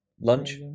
lunch